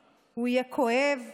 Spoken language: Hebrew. בהסכמת שר האוצר ובאישור הממשלה.